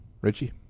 Richie